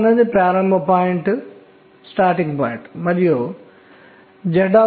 ఆపై ఒక ప్రసిద్ధ ప్రయోగం స్టెర్న్ గెర్లాచ్ గెర్లాచ్ ప్రయోగం ఉంది